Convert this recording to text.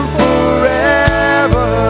forever